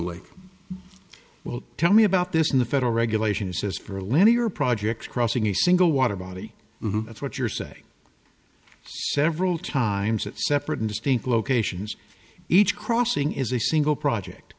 way well tell me about this in the federal regulations says for a linear project crossing a single water body that's what you're saying several times that separate and distinct locations each crossing is a single project